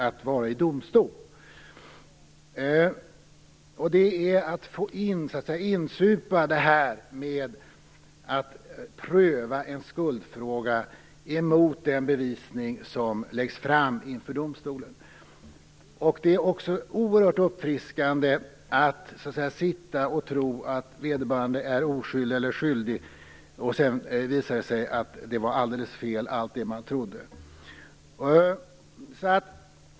Det är fråga om att få pröva en skuldfråga mot den bevisning som läggs fram inför domstolen. Det är också oerhört uppfriskande att sitta och tro att vederbörande är oskyldig eller skyldig och sedan visar det sig att allt man trodde var helt fel.